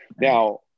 Now